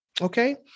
Okay